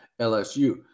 LSU